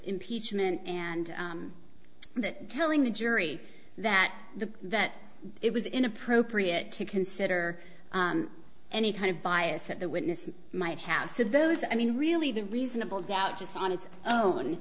impeachment and that telling the jury that the that it was inappropriate to consider any kind of bias at the witness might have so those i mean really the reasonable doubt just on its own